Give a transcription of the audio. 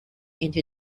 into